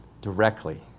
directly